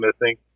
missing